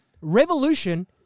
revolution